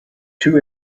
two